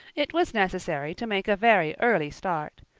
it was necessary to make a very early start.